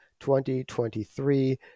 2023